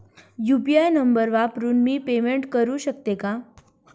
UPI number वापरून मी payment करू शकते का?